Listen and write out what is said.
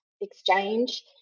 exchange